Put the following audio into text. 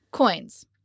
Coins